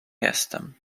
jestem